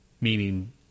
meaning